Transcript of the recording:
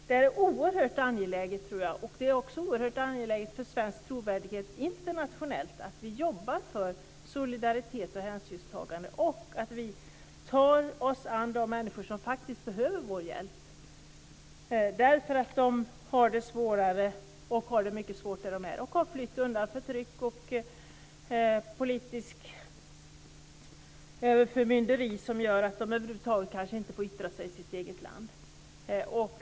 Det är oerhört angeläget, tror jag - det är också oerhört angeläget för svensk trovärdighet internationellt - att vi jobbar för solidaritet och hänsynstagande och att vi tar oss an de människor som faktiskt behöver vår hjälp därför att de hade det mycket svårt där de var och har flytt undan förtryck och politiskt överförmynderi som kanske gör att de över huvud taget inte får yttra sig i sitt eget land.